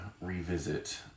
revisit